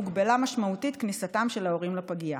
הוגבלה משמעותית כניסתם של ההורים לפגייה.